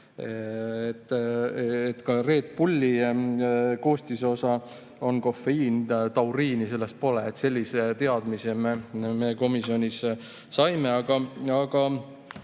Ka Red Bulli koostisosa on kofeiin, tauriini selles pole. Sellise teadmise me komisjonis saime. Aga